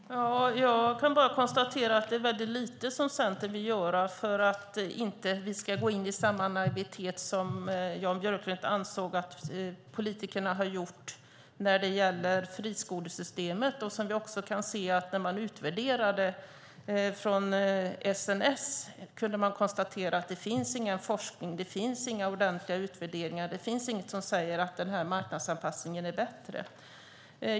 Herr talman! Jag kan bara konstatera att det är väldigt lite som Centern vill göra för vi inte ska gå in i samma naivitet som Jan Björklund ansåg att politikerna har gjort när det gäller friskolesystemet. När SNS utvärderade detta kunde man konstatera att det inte finns någon forskning och inga ordentliga utvärderingar. Det finns inget som säger att den här marknadsanpassningen är bättre.